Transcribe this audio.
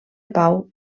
pau